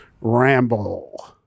ramble